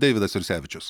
deividas jursevičius